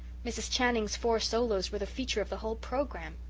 mrs. channing's four solos were the feature of the whole programme.